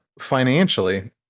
financially